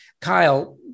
Kyle